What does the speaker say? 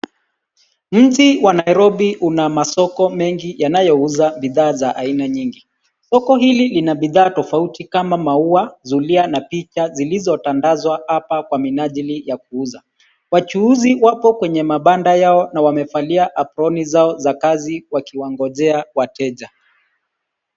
Mji wa Nairobi una masoko mengi yanayouza bidhaa za aina nyingi. Soko hili lina bidhaa tofauti kama maua, zulia na picha zilizotandazwa hapa kwa minajili ya kuuza. Wachuuzi wako kwenye mabanda yao na wamevalia aproni zao za kazi wakiwangojea wateja.